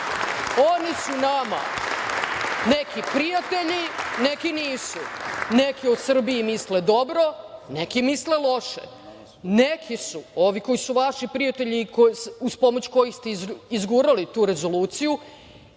Oni su nama neki prijatelji, neki nisu. Neki o Srbiji misle dobro, neki misle loše. Neki su, oni koji su vaši prijatelji i uz pomoć kojih ste izgurali tu rezoluciju,